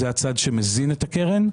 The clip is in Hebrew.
זה הצד שמזין את הקרן,